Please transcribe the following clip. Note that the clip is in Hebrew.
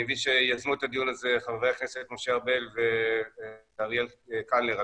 אני מבין שיזמו את הדיון הזה חברי הכנסת משה ארבל ואריאל קלנר,